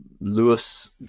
Lewis